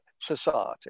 society